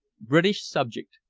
british subject,